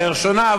דרך שונה,